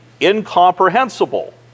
incomprehensible